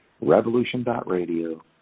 Revolution.Radio